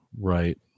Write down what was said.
Right